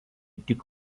tik